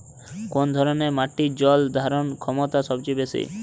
কোন ধরণের মাটির জল ধারণ ক্ষমতা সবচেয়ে বেশি?